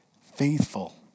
faithful